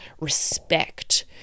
respect